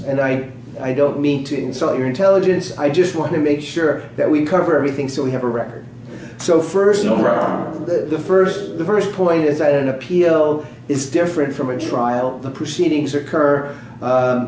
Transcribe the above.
mean i don't mean to insult your intelligence i just want to make sure that we cover everything so we have a record so first of all rhonda the first the first point is that an appeal is different from a trial the proceedings occur